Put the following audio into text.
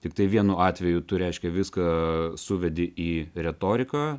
tiktai vienu atveju tu reiškia viską suvedi į retoriką